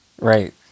Right